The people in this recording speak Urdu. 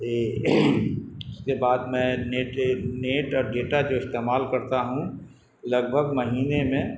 اس کے بعد میں نیٹ نیٹ اور ڈیٹا جو استعمال کرتا ہوں لگ بھگ مہینے میں